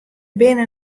binne